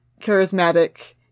Charismatic